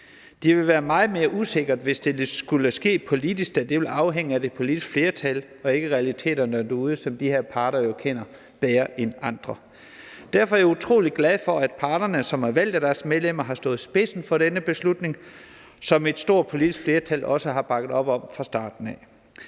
Det ville være meget mere usikkert, hvis det skulle ske politisk, da det ville afhænge af det politiske flertal og ikke af realiteterne derude, som de her parter jo kender bedre end andre. Derfor er jeg utrolig glad for, at parterne, som er valgt af deres medlemmer, har stået i spidsen for denne beslutning, som et stort politisk flertal også har bakket op om fra starten af.